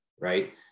right